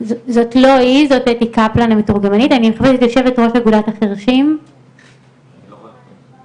זה המרכז היחידי בארץ שמטפל באנשים חרשים עיוורים מכל הארץ,